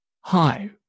Hi